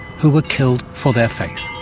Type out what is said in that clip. who were killed for their faith.